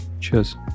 Cheers